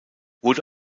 wurde